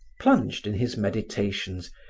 plunged in his meditations,